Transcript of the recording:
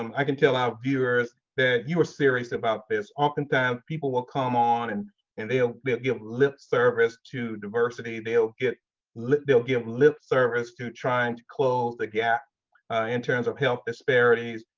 um i can tell our viewers that you're serious about this. oftentimes people will come on and and they'll give lip service to diversity. they'll give lip they'll give lip service to try and close the gap in terms of health disparities.